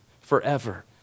forever